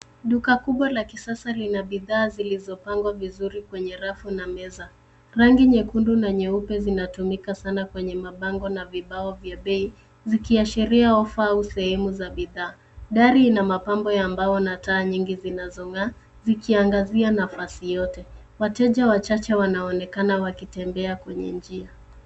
Duka kubwa la kisasa lina bidhaa zilizopangwa vizuri kwenye rafu na meza .Rangi nyekundu na nyeupe zinatumika sana kwenye mabango na vibao vya bei zikiashiria ofa au sehemu za bidhaa, dari ina mapambo ya mbao na taa nyingi zinazong'aa zikiangazia nafasi yote wateja wachache wanaonekana wakitembea kwenye njia.